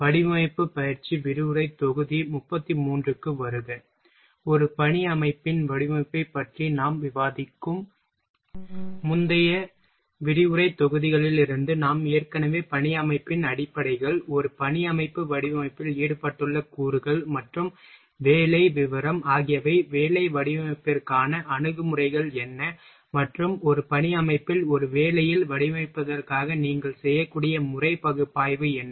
வடிவமைப்பு பயிற்சி விரிவுரை தொகுதி 33 க்கு வருக ஒரு பணி அமைப்பின் வடிவமைப்பைப் பற்றி நாம் விவாதிக்கும் முந்தைய விரிவுரை தொகுதிகளிலிருந்து நாம் ஏற்கனவே பணி அமைப்பின் அடிப்படைகள் ஒரு பணி அமைப்பு வடிவமைப்பில் ஈடுபட்டுள்ள கூறுகள் மற்றும் வேலை விவரம் ஆகியவை வேலை வடிவமைப்பிற்கான அணுகுமுறைகள் என்ன மற்றும் ஒரு பணி அமைப்பில் ஒரு வேலையில் வடிவமைப்பதற்காக நீங்கள் செய்யக்கூடிய முறை பகுப்பாய்வு என்ன